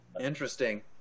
Interesting